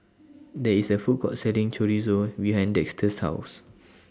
There IS A Food Court Selling Chorizo behind Dexter's House